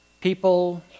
people